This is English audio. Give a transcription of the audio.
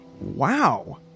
Wow